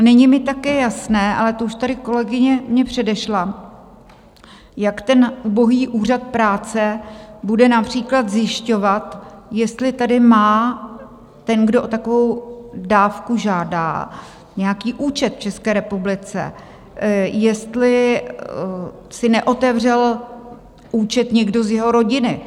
Není mi také jasné, ale to už tady kolegyně mě předešla, jak ten ubohý Úřad práce bude například zjišťovat, jestli tady má ten, kdo o takovou dávku žádá, nějaký účet v České republice, jestli si neotevřel účet někdo z jeho rodiny.